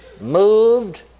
moved